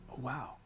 Wow